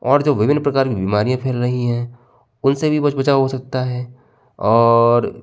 और जो विभिन्न प्रकार की बीमारियाँ फैल रही हैं उनसे भी बच बचाव हो सकता है और